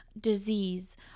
disease